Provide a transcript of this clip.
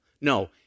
No